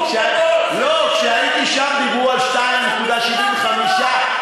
כי כשהייתי שם דיברו על 2.75 מיליארד.